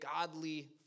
godly